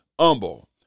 humble